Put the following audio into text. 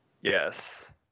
Yes